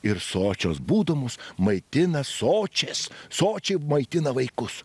ir sočios būdamos maitina sočias sočiai maitina vaikus